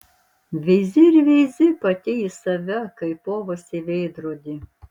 veizi ir veizi pati į save kaip povas į veidrodį